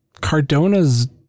cardona's